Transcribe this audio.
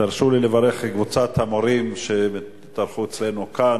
תרשו לי לברך את קבוצת המורים שהתארחו אצלנו כאן.